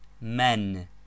Men